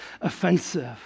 offensive